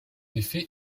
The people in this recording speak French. effet